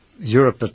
Europe